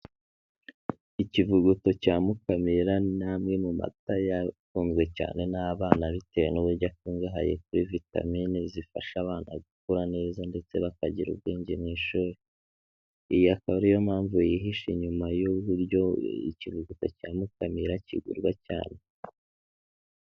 Ikivuguto cya Mukamira ni amwe mu mata yakunzwe cyane n'abana bitewe n'uburyo akungahaye kuri vitamine zifasha abana gukura neza ndetse bakagira ubwengemu ishuri, iyi akaba ari yo mpamvu yihishe inyuma y'uburyo ikivuguto cya Mukamira kigurwa cyane.